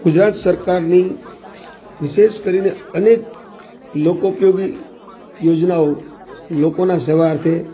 ગુજરાત સરકારની વિશેષ કરીને અનેક લોક ઉપયોગી યોજનાઓ લોકોના સેવાર્થે